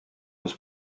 was